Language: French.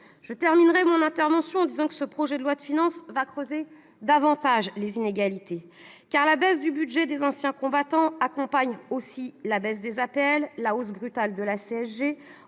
Je terminerai mon intervention en disant que le présent projet de loi de finances va creuser davantage les inégalités, car la baisse du budget des anciens combattants accompagne aussi la baisse des APL et la hausse brutale de la CSG,